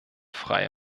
freie